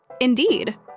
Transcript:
Indeed